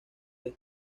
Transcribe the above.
del